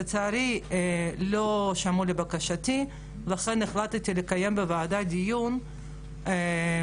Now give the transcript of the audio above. לצערי לא שמעו לבקשתי ולכן החלטתי לקיים בוועדה דיון על